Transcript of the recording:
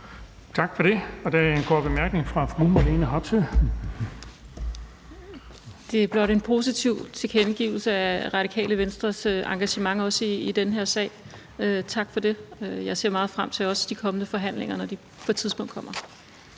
Tak for det. Der er en kort bemærkning fra fru Marlene Harpsøe. Kl. 17:14 Marlene Harpsøe (DD): Det er blot en positiv tilkendegivelse af Radikale Venstres engagement i den her sag. Tak for det. Jeg ser meget frem til de kommende forhandlinger, når de på et tidspunkt kommer.